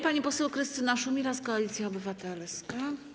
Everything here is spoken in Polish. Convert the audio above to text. Pani poseł Krystyna Szumilas, Koalicja Obywatelska.